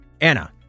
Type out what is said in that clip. Anna